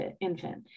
infant